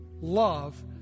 love